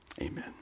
Amen